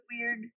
weird